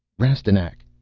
rastignac!